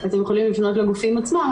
אתם יכולים לפנות לגופים עצמם,